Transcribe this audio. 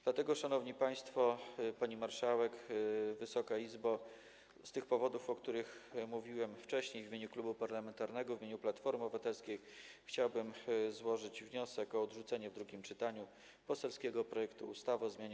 Dlatego, szanowni państwo, pani marszałek, Wysoka Izbo, z tych powodów, o których mówiłem wcześniej, w imieniu Klubu Parlamentarnego Platforma Obywatelska chciałbym złożyć wniosek o odrzucenie w drugim czytaniu poselskiego projektu ustawy o zmianie